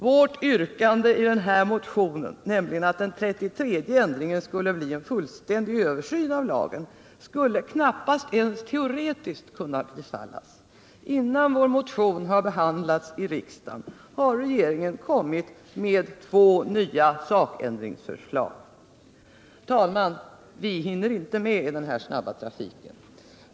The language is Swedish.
Vårt yrkande i den här motionen, nämligen att den 33:e ändringen skall bli en fullständig revision av lagen, skulle inte ens teoretiskt kunna bifallas. Innan vår motion behandlats i riksdagen har regeringen nämligen redan kommit med två nya sakändringsförslag. Vi hinner inte med i den här snabba trafiken.